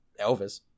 Elvis